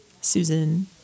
Susan